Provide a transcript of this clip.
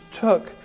took